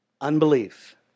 Unbelief